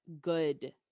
good